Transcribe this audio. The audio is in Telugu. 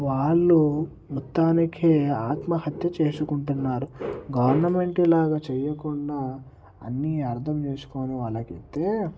వాళ్ళు మొత్తానికే ఆత్మహత్య చేసుకుంటున్నారు గవర్నమెంట్ ఇలాగా చేయకుండా అన్ని అర్థం చేసుకొని వాళ్ళకి ఇస్తే